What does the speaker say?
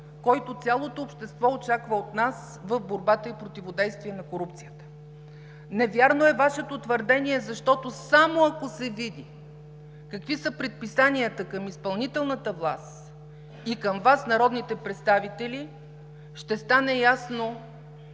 който цялото общество очаква от нас в борбата и противодействието на корупцията. Невярно е Вашето твърдение, защото само, ако се види какви са предписанията към изпълнителната власт и към Вас, народните представители ще стане ясно